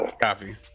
Copy